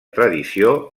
tradició